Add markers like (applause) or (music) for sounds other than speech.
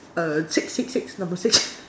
uh six six six number six (noise)